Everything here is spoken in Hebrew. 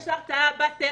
יש הרתעה בתיאוריה.